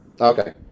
Okay